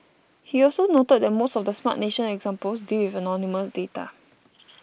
he also noted that most of the Smart Nation examples deal with anonymous data